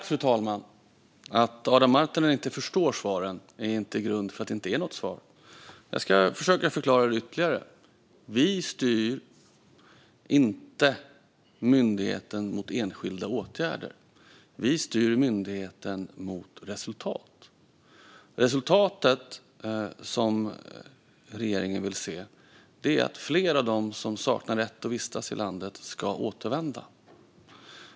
Fru talman! Att Adam Marttinen inte förstår svaren är inte grund för att säga att de inte är några svar. Jag ska försöka att förklara det ytterligare. Vi styr inte myndigheten mot enskilda åtgärder, utan vi styr myndigheten mot resultat. Resultatet som regeringen vill se är att fler av dem som saknar rätt att vistas i landet ska återvända.